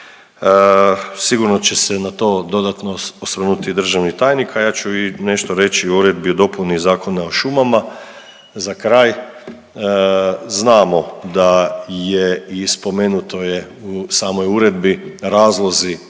Sigurno će se na to dodatno osvrnuti državni tajnik, a ja ću nešto reći o Uredbi o dopuni Zakona o šumama. Za kraj, znamo da je i spomenuto je u samoj uredbi razlozi